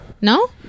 No